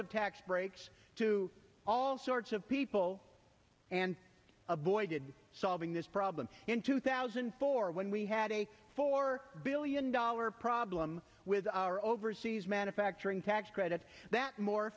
of tax breaks to all sorts of people and avoided solving this problem in two thousand and four when we had a four billion dollar problem with our overseas manufacturing tax credit that mor